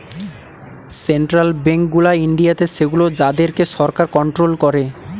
central bank গুলা ইন্ডিয়াতে সেগুলো যাদের কে সরকার কন্ট্রোল করে